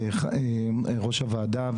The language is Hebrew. ראש הוועדה.